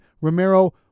romero